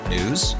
News